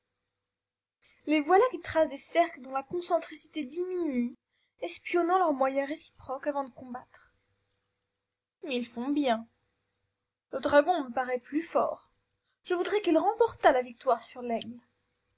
les voilà qui tracent des cercles dont la concentricité diminue espionnant leurs moyens réciproques avant de combattre ils font bien le dragon me paraît plus fort je voudrais qu'il remportât la victoire sur l'aigle